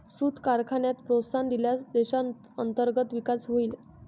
सूत कारखान्यांना प्रोत्साहन दिल्यास देशात अंतर्गत विकास होईल